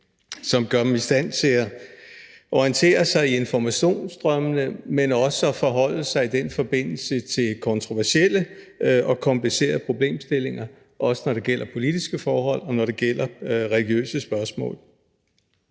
som gør dem i stand til at orientere sig i informationsstrømmene, men også i den forbindelse gør dem i stand til at forholde sig til kontroversielle og komplicerede problemstillinger, også når det gælder politiske forhold, og når det gælder religiøse spørgsmål.